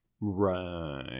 Right